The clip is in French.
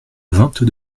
vingt